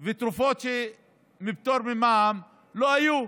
עם תרופות פטורות ממע"מ לא היה.